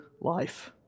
life